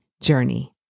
journey